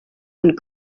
and